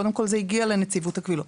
קודם כל זה הגיע לנציבות הקבילות.